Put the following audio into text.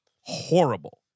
horrible